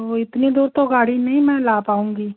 तो इतनी दूर तो गाड़ी नहीं मैं ला पाऊँगी